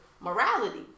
morality